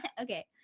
okay